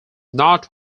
not